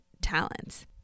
talents